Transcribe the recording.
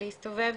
להסתובב,